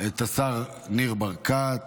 ניר ברקת